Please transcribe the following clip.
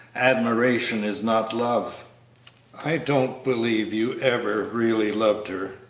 admiration is not love i don't believe you ever really loved her,